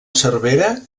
cervera